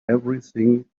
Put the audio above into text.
everything